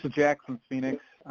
jackson, phoenix.